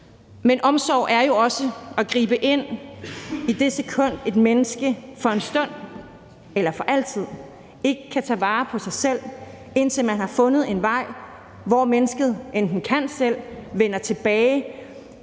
Men omsorg er jo også at gribe ind i det sekund, et menneske for en stund eller for altid ikke kan tage vare på sig selv, indtil man har fundet en vej, hvor mennesket enten kan selv eller vender tilbage.